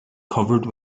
covered